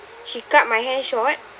she cut my hair short